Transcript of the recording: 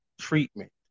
treatment